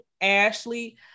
Ashley